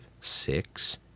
six